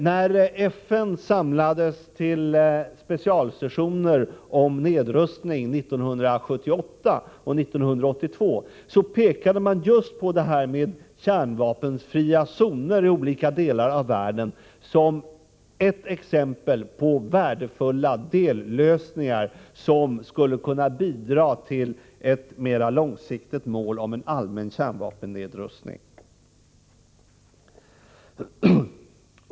När FN samlades till specialsessioner om nedrustning 1978 och 1982 pekade man på just detta med kärnvapenfria zoner i olika delar av världen som värdefulla dellösningar, som skulle kunna bidra till ett mer långsiktigt mål om en allmän kärnvapennedrustning.